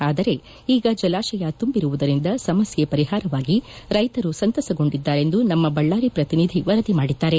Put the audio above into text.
ಆದರೆ ಈಗ ಜಲಾಶಯ ತುಂಬಿರುವುದರಿಂದ ಸಮಸ್ಯೆ ಪರಿಹಾರವಾಗಿ ರೈತರು ಸಂತಸಗೊಂಡಿದ್ದಾರೆಂದು ನಮ್ಮ ಬಳ್ಳಾರಿ ಪ್ರತಿನಿಧಿ ವರದಿ ಮಾಡಿದ್ದಾರೆ